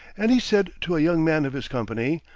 and he said to a young man of his company,